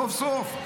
סוף-סוף.